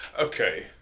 okay